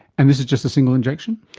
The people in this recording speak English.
and this is just a single injection?